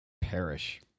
Perish